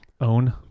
Own